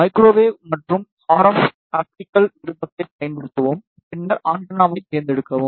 microwave மற்றும் RF optical விருப்பத்தைப் பயன்படுத்தவும் பின்னர் ஆண்டெனாவைத் தேர்ந்தெடுக்கவும்